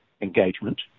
engagement